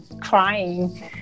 crying